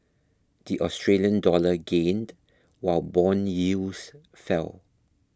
the Australian dollar gained while bond yields fell